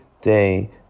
day